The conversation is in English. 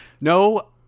No